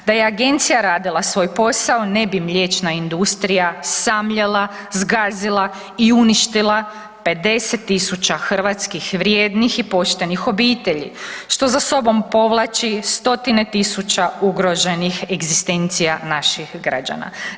Da je agencija radila svoj posao, ne bi mliječna industrija samljela, zgazila i uništila 50 000 hrvatskih vrijednih i poštenih obitelji što za sobom povlači stotine tisuća ugroženih egzistencija naših građana.